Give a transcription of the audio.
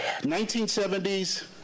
1970s